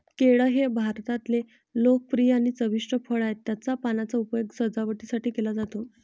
केळ हे भारतातले लोकप्रिय आणि चविष्ट फळ आहे, त्याच्या पानांचा उपयोग सजावटीसाठी केला जातो